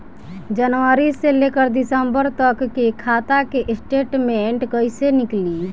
जनवरी से लेकर दिसंबर तक के खाता के स्टेटमेंट कइसे निकलि?